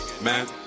man